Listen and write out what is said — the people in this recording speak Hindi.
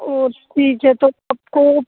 और ठीक है तो आपको